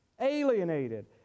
Alienated